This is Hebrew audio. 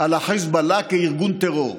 על החיזבאללה כארגון טרור.